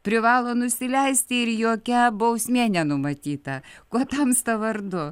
privalo nusileisti ir jokia bausmė nenumatyta kuo tamsta vardu